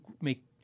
make